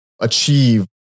achieve